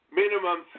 minimum